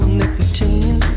nicotine